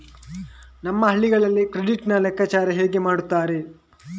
ನಮ್ಮ ಹಳ್ಳಿಗಳಲ್ಲಿ ಕ್ರೆಡಿಟ್ ನ ಲೆಕ್ಕಾಚಾರ ಹೇಗೆ ಮಾಡುತ್ತಾರೆ?